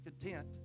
content